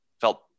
felt